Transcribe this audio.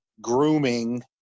grooming